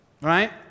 right